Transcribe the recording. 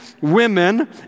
women